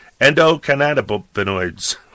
endocannabinoids